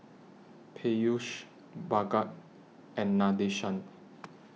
Peyush Bhagat and Nadesan